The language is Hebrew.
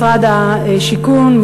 משרד השיכון,